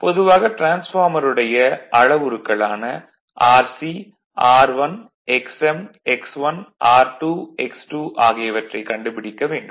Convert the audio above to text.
பொதுவாக டிரான்ஸ்பார்மருடைய அளவுருக்களான Rc Xm R1 X1 R2 X2 ஆகியவற்றைக் கண்டுபிடிக்க வேண்டும்